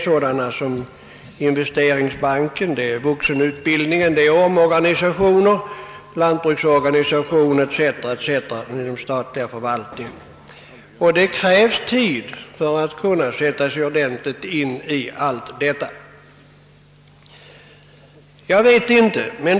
Jag kan som exempel nämna investeringsbanken, vuxenutbildningen, omorganisationer, lantbruksorganisationen etc. Det krävs tid för att vi skall kunna sätta oss in i dem.